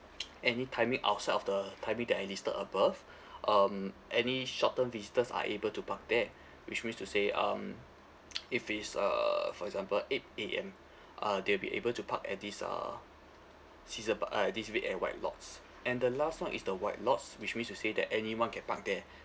any timing outside of the timing that I listed above um any short term visitors are able to park there which means to say um if it's uh for example eight A_M uh they'll be able to park at this uh season p~ uh this red and white lots and the last one is the white lots which means to say that anyone can park there